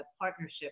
partnership